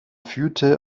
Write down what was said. führte